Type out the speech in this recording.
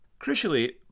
Crucially